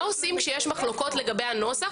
מה עושים כשיש מחלוקות לגבי הנוסח?